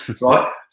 right